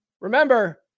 Remember